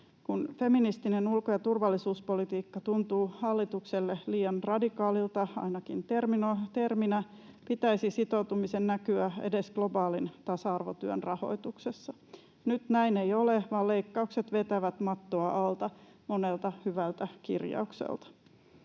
Kun feministinen ulko- ja turvallisuuspolitiikka tuntuu hallitukselle liian radikaalilta ainakin terminä, pitäisi sitoutumisen näkyä edes globaalin tasa-arvotyön rahoituksessa. Nyt näin ei ole, vaan leikkaukset vetävät mattoa alta monelta hyvältä kirjaukselta.